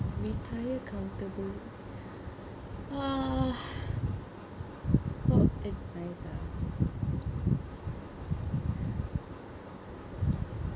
retire comfortably uh what advice ah